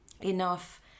enough